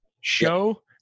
Show